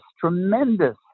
tremendous